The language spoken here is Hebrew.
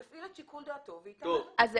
הוא יפעיל את שיקול הדעת שלו וייתן את הצו.